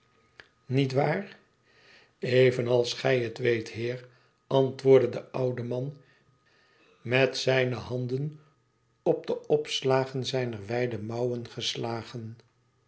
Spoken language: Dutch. niet waar gij het weet heer antwoordde de oude man met zijne handen op de opslagen zijner wijde mouwen geslagen